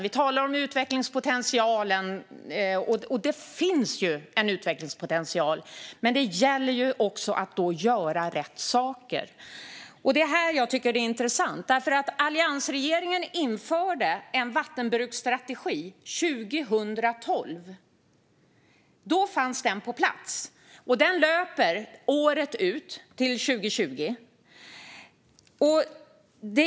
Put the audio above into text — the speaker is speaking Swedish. Vi talar om utvecklingspotentialen, och det finns en utvecklingspotential, men det gäller då att göra rätt saker. Alliansregeringen införde en vattenbruksstrategi 2012; då fanns den på plats. Den löper år 2020 ut.